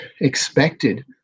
expected